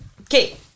Okay